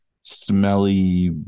smelly